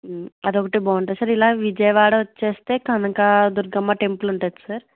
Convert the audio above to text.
అది ఒకటి బాగుంటుంది సర్ ఇలా విజయవాడ వచ్చేస్తే కనక దుర్గమ్మ టెంపుల్ ఉంటుంది సర్